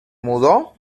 mudó